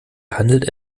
handelt